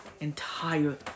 entire